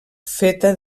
feta